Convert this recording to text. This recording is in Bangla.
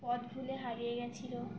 পথ ভুলে হারিয়ে গিয়েছিল